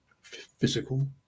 physical